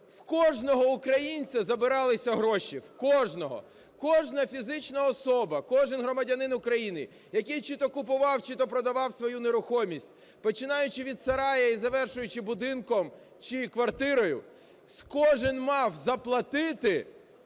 в кожного українця забиралися гроші, в кожного. Кожна фізична особа, кожен громадянин України, який чи то купував, чи то продавав свою нерухомість, починаючи від сараю і завершуючи будинком, чи квартирою, кожен мав заплатити